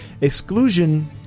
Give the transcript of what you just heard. Exclusion